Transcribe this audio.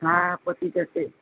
હા પતી જશે